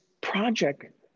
project